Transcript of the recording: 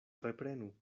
reprenu